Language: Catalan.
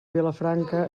vilafranca